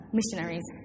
missionaries